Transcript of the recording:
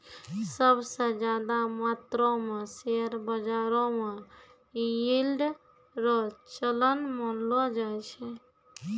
सब स ज्यादा मात्रो म शेयर बाजारो म यील्ड रो चलन मानलो जाय छै